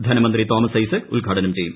ധനമന്ത്രി തോമസ് ഐസക്ക് ഉദ്ഘാടനം ചെയ്യും